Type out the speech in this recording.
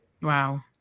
Wow